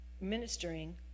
ministering